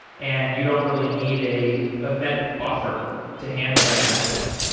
and you don't really need a event buffer to handle that kind of thing